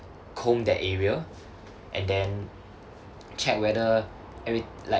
comb that area and then check whether every like